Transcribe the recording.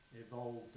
evolved